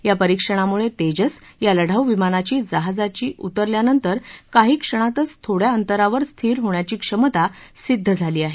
या परीक्षणामुळे तेजस या लढाऊ विमानाची जहाजाची उतरल्यानंतर काही क्षणातच थोडया अंतरावर स्थिर होण्याची क्षमता सिद्ध झाली आहे